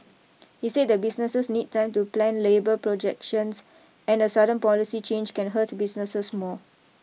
he said that businesses need time to plan labour projections and a sudden policy change can hurt businesses more